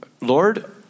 Lord